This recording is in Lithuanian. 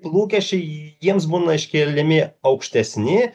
lūkesčiai jiems būna iškeliami aukštesni